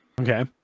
okay